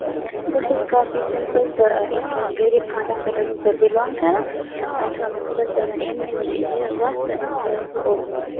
بہٕ ٲسٕس کٲفی سِمپٕل تہٕ اَکہِ غریٖب خانٛدان پیٚٹھ ٲسٕس بہٕ بِلانٛگ کَران پَتہِ ہٲو مےٚ خۄدا صٲبَن اَمِچ یہِ وَتھ تہٕ گٔیَس بہٕ اوکُن